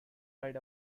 right